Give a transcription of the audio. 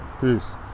Peace